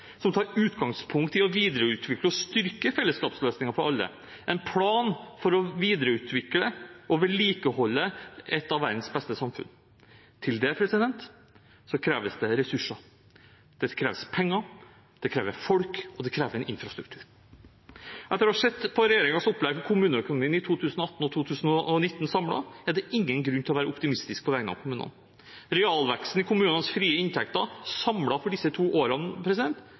som tar utgangspunkt i å videreutvikle og styrke fellesskapsløsninger for alle, en plan for å videreutvikle og vedlikeholde et av verdens beste samfunn. Til det kreves det ressurser. Det krever penger, det krever folk, og det krever en infrastruktur. Etter å ha sett på regjeringens opplegg for kommuneøkonomien i 2018 og 2019 samlet er det ingen grunn til å være optimistisk på vegne av kommunene. Realveksten i kommunenes frie inntekter samlet for disse to årene